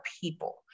people